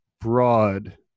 broad